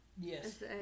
Yes